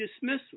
dismissal